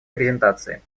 презентации